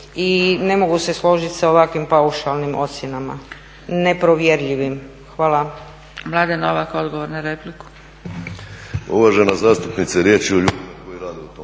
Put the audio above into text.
i ne mogu se složiti sa ovakvim paušalnim ocjenama, ne provjerljivim. Hvala.